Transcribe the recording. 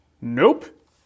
Nope